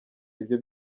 ibyo